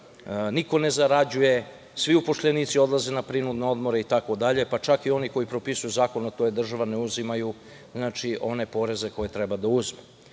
niko ne zarađuje, svi uopšljenici odlaze na prinudne odmore itd, pa čak i oni koji propisuju zakon a to je država, ne uzimaju one poreze koje treba da uzmu.